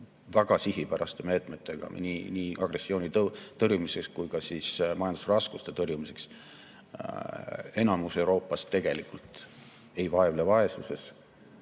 väga sihipäraste meetmetega nii agressiooni tõrjumiseks kui ka majandusraskuste tõrjumiseks. Enamik Euroopast tegelikult ei vaevle vaesuses